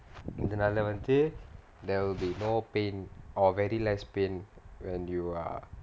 இதனால வந்து:ithanaala vanthu there will be no pain or very less pain when you are